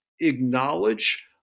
acknowledge